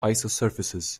isosurfaces